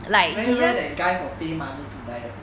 where where that guys will pay money to diet